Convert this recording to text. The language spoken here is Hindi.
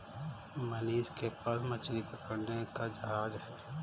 मनीष के पास मछली पकड़ने का जहाज है